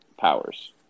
powers